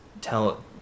tell